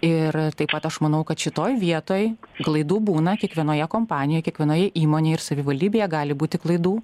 ir taip pat aš manau kad šitoj vietoj klaidų būna kiekvienoje kompanijoj kiekvienoje įmonėj ir savivaldybėje gali būti klaidų